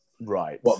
Right